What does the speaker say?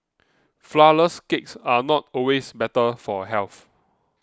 Flourless Cakes are not always better for health